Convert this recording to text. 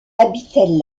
habitaient